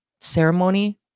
ceremony